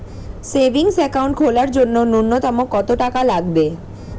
Savings account খোলার জন্য নূন্যতম কত টাকা লাগবে?